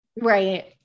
right